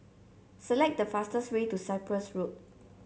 select the fastest way to Cyprus Road